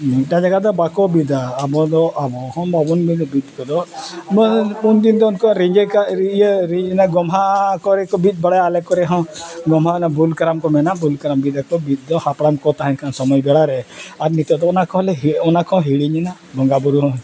ᱢᱤᱫᱴᱟᱝ ᱡᱟᱭᱜᱟ ᱫᱚ ᱵᱟᱠᱚ ᱵᱤᱫᱟ ᱟᱵᱚ ᱫᱚ ᱟᱵᱚ ᱦᱚᱸ ᱵᱟᱵᱚᱱ ᱵᱤᱫᱟ ᱵᱤᱫ ᱠᱚᱫᱚ ᱵᱟᱝ ᱩᱱ ᱫᱤᱱ ᱫᱚ ᱩᱱᱠᱩᱣᱟᱜ ᱨᱤᱸᱡᱷᱟᱹ ᱤᱭᱟᱹ ᱜᱚᱢᱦᱟ ᱠᱚᱨᱮ ᱠᱚ ᱵᱤᱫ ᱵᱟᱲᱟᱭᱟ ᱟᱞᱮ ᱠᱚᱨᱮ ᱦᱚᱸ ᱜᱚᱢᱦᱟ ᱚᱱᱟ ᱵᱩᱞ ᱠᱟᱨᱟᱢ ᱠᱚ ᱢᱮᱱᱟᱜᱼᱟ ᱵᱩᱞ ᱠᱟᱨᱟᱢ ᱵᱤᱫᱟᱠᱚ ᱵᱤᱫ ᱫᱚ ᱦᱟᱯᱲᱟᱢ ᱠᱚ ᱛᱟᱦᱮᱱ ᱠᱷᱟᱱ ᱥᱚᱢᱚᱭ ᱵᱮᱲᱟ ᱨᱮ ᱟᱨ ᱱᱤᱛᱳᱜ ᱫᱚ ᱚᱱᱟ ᱠᱚᱦᱚᱸ ᱞᱮ ᱚᱱᱟ ᱠᱚᱦᱚᱸ ᱦᱤᱲᱤᱧᱮᱱᱟ ᱵᱚᱸᱜᱟ ᱵᱩᱨᱩ ᱦᱚᱸ